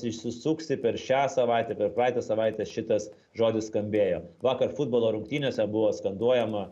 išsisuksi per šią savaitę per praeitą savaitę šitas žodis skambėjo vakar futbolo rungtynėse buvo skanduojama